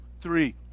three